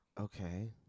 Okay